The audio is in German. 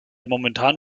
momentan